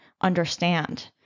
understand